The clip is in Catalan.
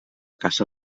caça